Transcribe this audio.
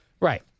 Right